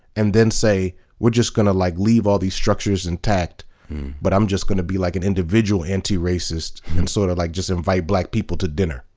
and then say we're just going to like leave all these structures intact but i'm just going to be like an individual anti-racist and sort of like just invite black people to dinner.